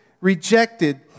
rejected